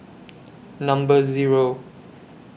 Number Zero